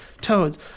toads